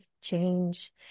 change